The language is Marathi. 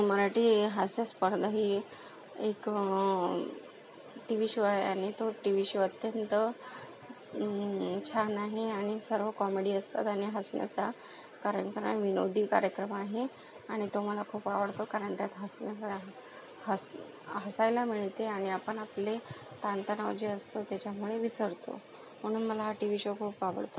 मराठी हास्य स्पर्धा ही एक एक टी व्ही शो आहे आणि तो टी व्ही शो अत्यंत छान आहे आणि सर्व कॉमेडी असतात आणि हसण्याचा कार्यक्रम विनोदी कार्यक्रम आहे आणि तो मला खूप आवडतो कारण त्यात हसणं हे आहे हस हसायला मिळते आणि आपण आपले ताणतणाव जे असतं त्याच्यामुळे विसरतो म्हणून मला हा टी व्ही शो खूप आवडतो